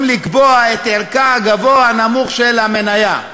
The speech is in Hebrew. לקבוע את ערכה הגבוה או הנמוך של המניה.